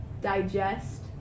digest